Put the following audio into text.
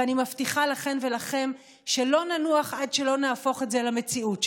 ואני מבטיחה לכן ולכם שלא ננוח עד שלא נהפוך את זה למציאות שלנו.